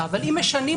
אבל אם משנים,